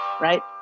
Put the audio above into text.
right